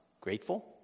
grateful